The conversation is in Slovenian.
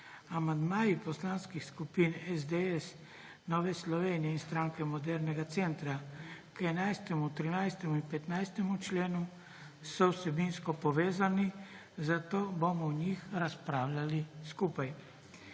Amandmaji poslanskih skupin SDS, Nove Slovenije in Stranke modernega centra k 11., 13. in 15. členu so vsebinsko povezani, zato bomo o njih razpravljali skupaj.